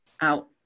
out